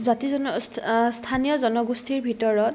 জাতি জন স্থানীয় জনগোষ্ঠীৰ ভিতৰত